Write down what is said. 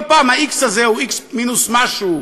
כל פעם ה-x הזה הוא x מינוס משהו,